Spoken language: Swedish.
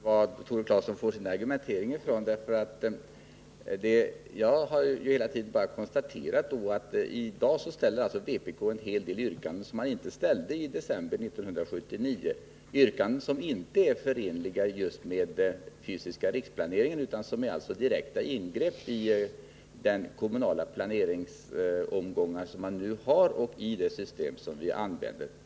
Herr talman! Jag förstår inte riktigt var Tore Claeson får sin argumentering ifrån. Jag har hela tiden bara konstaterat att vpk i dag ställer en hel del yrkanden som de inte ställde i december 1979, yrkanden som inte är förenliga med den fysiska riksplaneringen utan som innebär ett direkt ingrepp i de kommunala planeringsomgångar som vi nu har och i det system som vi använder.